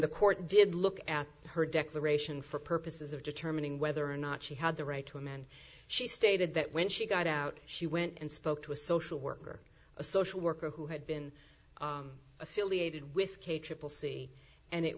the court did look at her declaration for purposes of determining whether or not she had the right to a man she stated that when she got out she went and spoke to a social worker a social worker who had been affiliated with k triple c and it